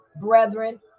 brethren